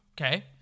okay